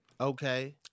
okay